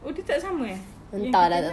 oh dia tak sama eh into the next